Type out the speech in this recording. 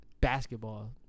Basketball